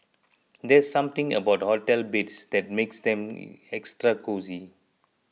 there's something about hotel beds that makes them extra cosy